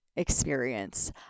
experience